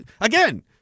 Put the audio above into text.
again